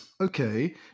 Okay